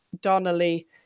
Donnelly